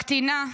הקטינה,